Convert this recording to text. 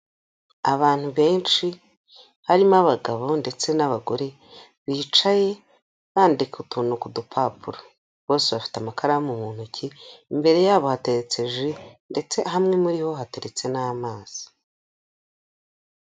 Abantu benshi harimo abagabo ndetse n'abagore, bicaye bandika utuntu ku dupapuro. Bose bafite amakaramu mu ntoki, imbere yabo hateretse ji ndetse hamwe muri ho hateretse n'amazi.